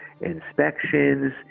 inspections